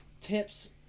tips